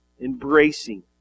Embracing